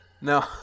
No